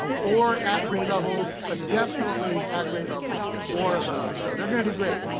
or at grade level, but definitely at grade level or above. so they're gonna do great.